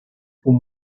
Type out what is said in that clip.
con